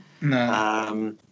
No